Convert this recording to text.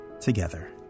together